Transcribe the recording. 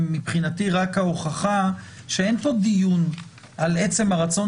הם מבחינתי ההוכחה שאין פה דיון על עצם הרצון